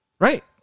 Right